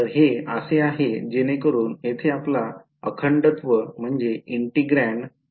तर हे असे आहे जेणेकरून येथे आपला अखंडत्व काय आहे